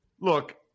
Look